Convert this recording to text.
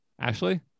Ashley